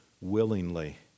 willingly